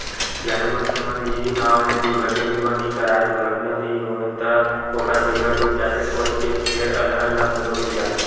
जादा मनखे मन इहीं नांव ले दुरघटना बीमा नइ कराय दुरघटना नइ होय त ओखर पइसा डूब जाथे सोच के फेर अलहन ल कोनो नइ जानय